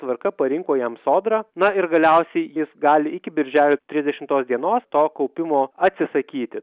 tvarka parinko jam sodra na ir galiausiai jis gali iki birželio trisdešimtos dienos to kaupimo atsisakyti